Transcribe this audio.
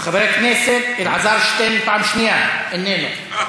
חבר הכנסת אלעזר שטרן, פעם שנייה, אינו נוכח.